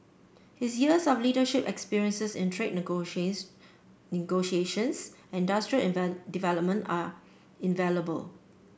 his years of leadership experience in trade negotiations negotiations industrial invent development are invaluable